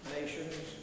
nations